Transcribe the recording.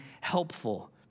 helpful